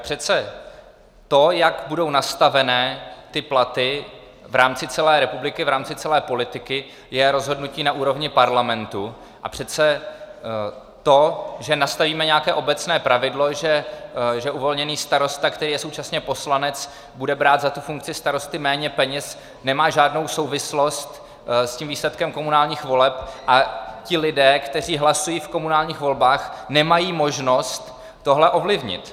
Přece to, jak budou nastaveny platy v rámci celé republiky, v rámci celé politiky, je rozhodnutí na úrovni parlamentu, a přece to, že nastavíme nějaké obecné pravidlo, že uvolněný starosta, který je současně poslanec, bude brát za tu funkci starosty méně peněz, nemá žádnou souvislost s tím výsledkem komunálních voleb a ti lidé, kteří hlasují v komunálních volbách, nemají možnost tohle ovlivnit.